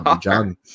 John